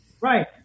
Right